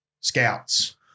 Scouts